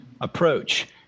approach